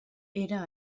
era